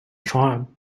charm